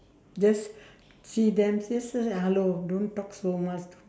just see then say s~ hello don't talk so much